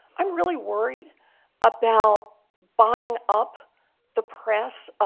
i'm really worried about buying up the press, ah